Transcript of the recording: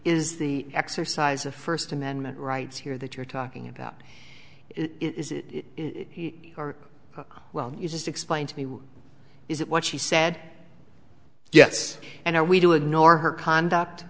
is the exercise of first amendment rights here that you're talking about it is it or well you just explain to me what is it what she said yes and are we to ignore her conduct